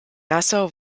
nassau